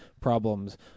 problems